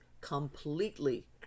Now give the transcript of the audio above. completely